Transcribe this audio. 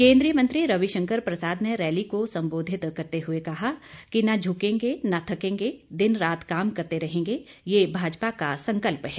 केन्द्रीय मंत्री रविशंकर प्रसाद ने रैली को सम्बोधित करते हुए कहा कि न झुकेंगे न थकेंगे दिन रात काम करते रहेंगे ये भाजपा का संकल्प है